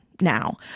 now